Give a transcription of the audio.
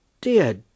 dear